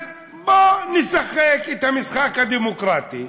אז בוא נשחק את המשחק הדמוקרטי,